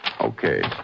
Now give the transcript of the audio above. Okay